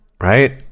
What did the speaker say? right